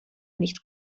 nicht